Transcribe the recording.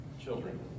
Children